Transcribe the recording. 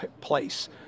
place